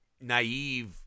naive